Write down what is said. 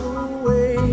away